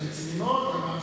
זה רציני מאוד,